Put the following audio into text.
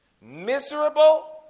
miserable